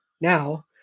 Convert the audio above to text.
now